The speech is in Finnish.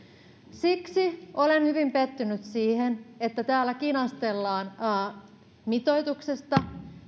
siksi olen hyvin pettynyt siihen että täällä kinastellaan mitoituksesta